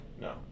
No